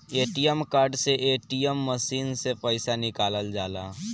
ATM card से ATM machine से पईसा निकालल जाला